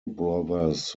brothers